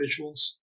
visuals